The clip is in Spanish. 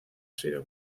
sido